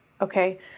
okay